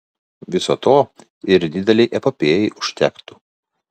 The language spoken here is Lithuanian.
viso to ir didelei epopėjai užtektų